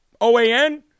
OAN